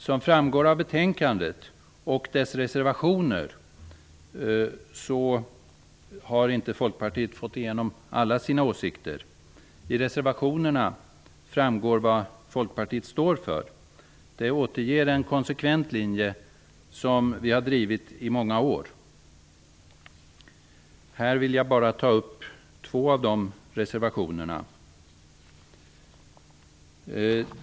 Som framgår av betänkandet och dess reservationer har inte Folkpartiet fått igenom alla sina åsikter. Av reservationerna framgår vad Folkpartiet står för. De återger en konsekvent linje som vi har drivit i många år. Här vill jag bara ta upp två av dessa reservationer.